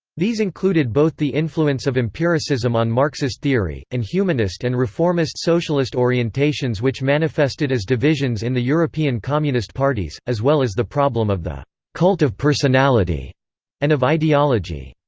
these included both the influence of empiricism on marxist theory, and humanist and reformist socialist orientations which manifested as divisions in the european communist parties, as well as the problem of the cult of personality and of ideology.